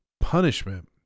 punishment